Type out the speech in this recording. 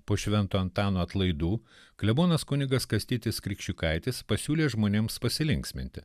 po švento antano atlaidų klebonas kunigas kastytis krikščiukaitis pasiūlė žmonėms pasilinksminti